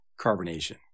carbonation